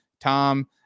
Tom